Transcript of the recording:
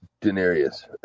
Denarius